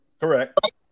Correct